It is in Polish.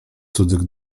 cudzych